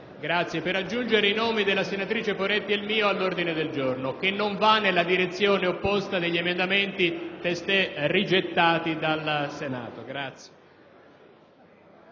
vorrei aggiungere la firma della senatrice Poretti e la mia all'ordine del giorno G100, che non va nella direzione opposta agli emendamenti testé rigettati dal Senato.